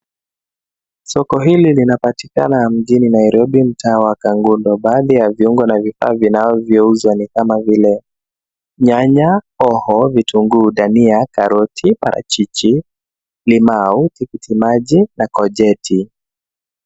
Soko hili linapatikana mjini Nairobi mtaa wa Kangundo. Baadhi ya vifaa vunavyouzwa ni kama vile nyanya, hoho, vitunguu, dania, karoti, parachichi, limau tikiti maji na kojeti.